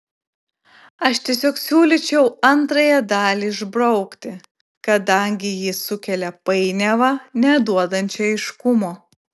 aš tiesiog siūlyčiau antrąją dalį išbraukti kadangi ji sukelia painiavą neduodančią aiškumo